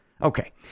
Okay